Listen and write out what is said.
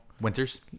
Winters